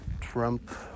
Trump